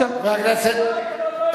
חבר הכנסת,